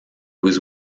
was